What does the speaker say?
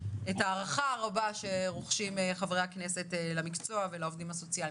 את ההערכה הרבה שרוכשים חברי הכנסת למקצוע ולעובדים הסוציאליים.